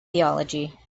theology